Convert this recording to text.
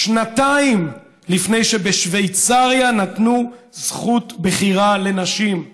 שנתיים לפני שבשוויצריה נתנו זכות בחירה לנשים,